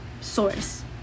source